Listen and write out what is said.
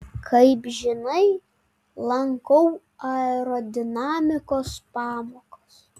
kaip žinai lankau aerodinamikos pamokas